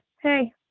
hey